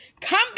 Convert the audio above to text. Come